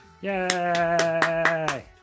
Yay